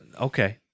Okay